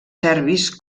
serbis